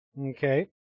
Okay